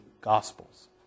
Gospels